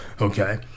okay